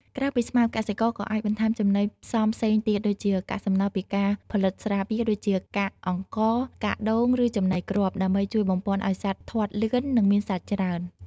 ក្រៅពីស្មៅ កសិករក៏អាចបន្ថែមចំណីផ្សំផ្សេងទៀតដូចជាកាកសំណល់ពីការផលិតស្រាបៀរ ដូចជាកាកអង្ករ កាកដូង ឬចំណីគ្រាប់ ដើម្បីជួយបំប៉នឲ្យសត្វធាត់លឿននិងមានសាច់ច្រើន។